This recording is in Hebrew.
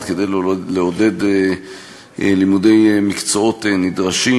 מפעיל כדי לעודד לימודי מקצועות נדרשים,